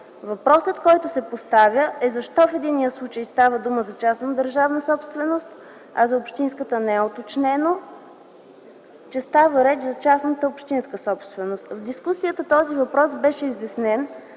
Въпросът, който се поставя, е: защо в единия случай става дума за частна държавна собственост, а за общинската не е уточнено, че става реч за частна общинска собственост? В дискусията този въпрос беше изяснен,